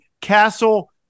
castle